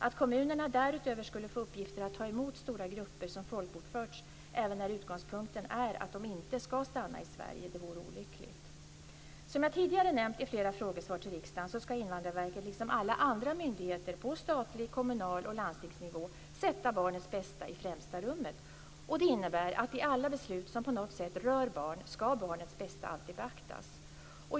Att kommunerna därutöver skulle få uppgifter att ta emot stora grupper som folkbokförts även när utgångspunkten är att de inte ska stanna i Sverige vore olyckligt. Som jag tidigare nämnt i flera frågesvar till riksdagen ska Invandrarverket liksom alla andra myndigheter på statlig nivå, kommunal nivå och landstingsnivå sätta barnets bästa i främsta rummet. Detta innebär att i alla beslut som på något sätt rör barn ska barnets bästa alltid beaktas.